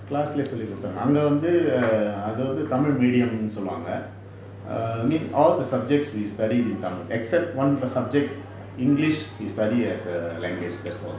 class ல சொல்லி கொடுத்தாங்க அங்க வந்து அது வந்து:la solli koduthaanga anga vanthu athu vanthu tamil medium னு சொல்லுவாங்க:nu solluvaanga err I mean all the subjects we studied in tamil except one subject english we study as a language that's all